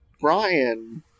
Brian